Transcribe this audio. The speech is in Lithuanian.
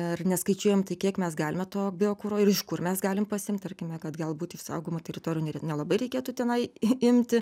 ir neskaičiuojam tai kiek mes galime to biokuro ir iš kur mes galim pasiimt tarkime kad galbūt iš saugomų teritorijų nelabai reikėtų tenai imti